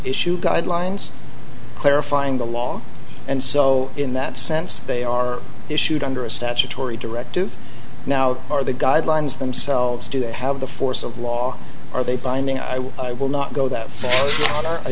issue guidelines clarifying the law and so in that sense they are issued under a statutory directive now are the guidelines themselves do they have the force of law or are they binding i will not go that fa